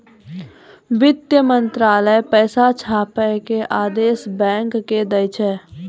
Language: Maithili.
वित्त मंत्रालय पैसा छापै के आदेश बैंको के दै छै